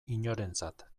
inorentzat